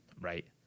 right